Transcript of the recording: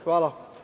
Hvala.